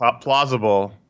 plausible